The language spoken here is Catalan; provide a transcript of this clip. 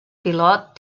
pilot